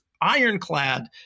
ironclad